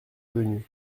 venue